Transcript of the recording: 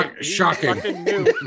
shocking